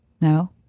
No